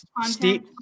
steve